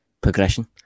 progression